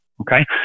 okay